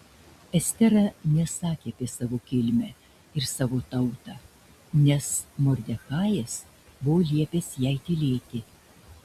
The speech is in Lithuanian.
estera nesakė apie savo kilmę ir savo tautą nes mordechajas buvo liepęs jai tylėti